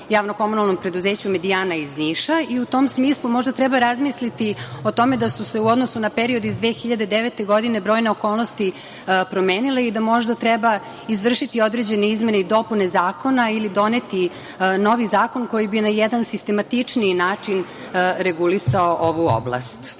i čuvanja JKP „Mediana“ iz Niša i u tom smislu možda treba razmisliti o tome da su se u odnosu na period iz 2009. godine brojne okolnosti promenile i da možda treba izvršiti određene izmene i dopune zakona ili doneti novi zakon koji bi na jedan sistematičniji način regulisao ovu